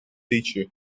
teacher